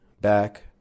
back